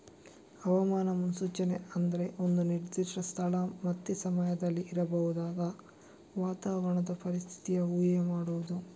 ಹವಾಮಾನ ಮುನ್ಸೂಚನೆ ಅಂದ್ರೆ ಒಂದು ನಿರ್ದಿಷ್ಟ ಸ್ಥಳ ಮತ್ತೆ ಸಮಯದಲ್ಲಿ ಇರಬಹುದಾದ ವಾತಾವರಣದ ಪರಿಸ್ಥಿತಿಯ ಊಹೆ ಮಾಡುದು